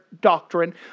doctrine